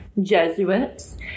Jesuits